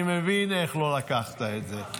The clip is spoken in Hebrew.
אני מבין איך לא לקחת את זה.